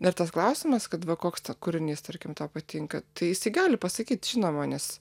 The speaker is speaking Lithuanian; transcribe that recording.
dar tas klausimas kad va koks kūrinys tarkim tau patinka tai gali pasakyt žinoma nes